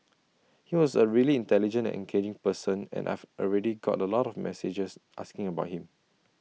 he was A really intelligent and engaging person and I've already got A lot of messages asking about him